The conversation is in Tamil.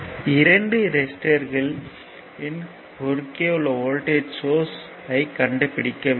இரண்டு ரெசிஸ்டர்களின் குறுக்கே உள்ள வோல்ட்டேஜ் ஐ கண்டுபிடிக்க வேண்டும்